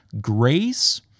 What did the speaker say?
grace